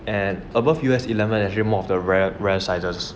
and above U_S eleven is actually more of the rare sizes